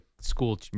school